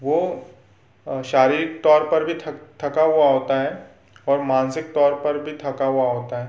वो शारीरिक तौर पर भी थका हुआ होता है और मानसिक तौर पर भी थका हुआ होता है